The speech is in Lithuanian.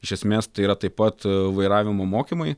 iš esmės tai yra taip pat vairavimo mokymai